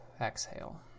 Exhale